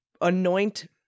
anoint